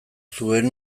zuen